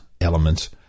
elements